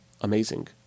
amazing